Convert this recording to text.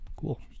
Cool